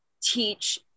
teach